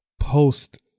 post